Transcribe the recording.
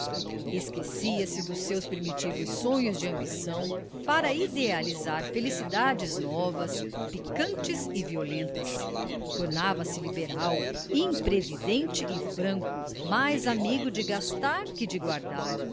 esquecia-se dos seus primitivos sonhos de ambição para idealizar felicidades novas picantes e violentas tornava-se liberal imprevidente e franco mais amigo de gastar que de guardar